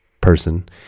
person